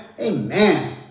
Amen